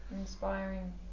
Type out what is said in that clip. inspiring